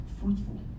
fruitful